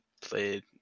played